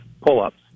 pull-ups